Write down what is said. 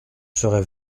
serai